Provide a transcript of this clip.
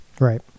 Right